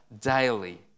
daily